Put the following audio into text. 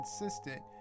consistent